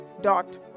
dot